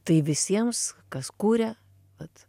tai visiems kas kuria vat